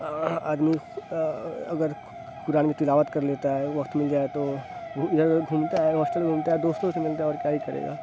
آدمی اگر قرآن کی تلاوت کر لیتا ہے وقت مل جائے تو ادھرادھر گھومتا ہے ہاسٹل میں گھومتا ہے دوستوں سے ملتا ہے اور کیا ہی کرے گا